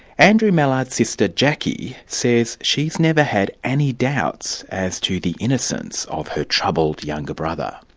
andrew mallard's sister jacqui says she has never had any doubts as to the innocence of her troubled younger brother.